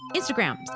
Instagram